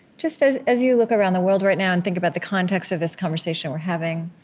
just, as as you look around the world right now and think about the context of this conversation we're having